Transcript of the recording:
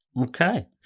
Okay